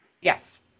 Yes